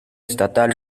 estatal